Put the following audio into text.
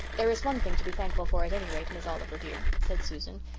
there is one thing to be thankful for at any rate, miss oliver, dear, said susan,